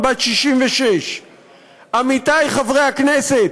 בת 66. עמיתי חברי הכנסת,